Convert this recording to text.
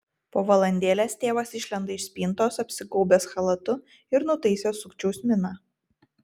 po valandėlės tėvas išlenda iš spintos apsigaubęs chalatu ir nutaisęs sukčiaus miną